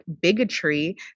bigotry